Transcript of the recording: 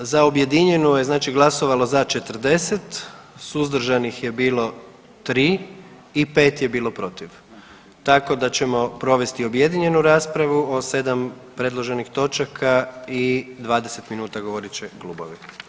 Da, za objedinjenu je znači glasovalo za 40, suzdržanih je bilo 3 i 5 je bilo protiv, tako da ćemo provesti objedinjenu raspravu o 7 predloženih točaka i 20 minuta govorit će klubovi.